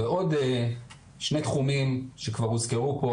ועוד שני תחומים שכבר הוזכרו פה,